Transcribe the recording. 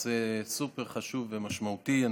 שהוא כמובן סופר חשוב ומשמעותי.